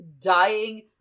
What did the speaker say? dying